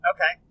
Okay